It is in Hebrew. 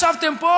ישבתם פה